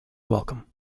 welcome